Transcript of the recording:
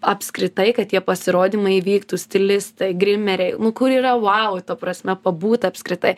apskritai kad tie pasirodymai įvyktų stilistai grimeriai nu kur yra vau ta prasme pabūt apskritai